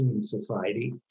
Society